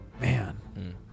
Man